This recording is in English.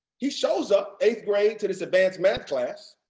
he shows up eighth grade to this advanced math class,